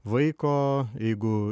vaiko jeigu